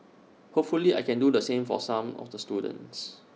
hopefully I can do the same for some of the students